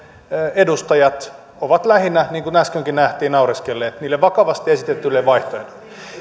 edustajat ovat lähinnä niin kuin äskenkin nähtiin naureskelleet niille vakavasti esitetyille